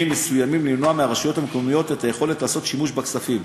מסוימים למנוע מהרשויות המקומיות את היכולת לעשות שימוש בכספים,